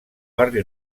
barri